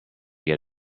get